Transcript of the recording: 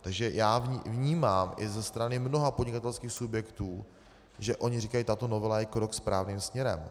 Takže já vnímám i ze strany mnoha podnikatelských subjektů, že říkají: tato novela je krok správným směrem.